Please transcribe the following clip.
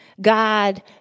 God